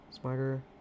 Smarter